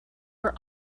were